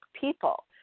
people